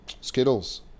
skittles